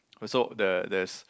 also there there is